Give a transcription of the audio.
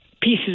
pieces